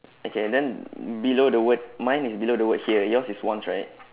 okay then below the word mine is below the word here yours is once right